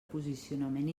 posicionament